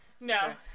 No